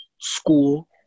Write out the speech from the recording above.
school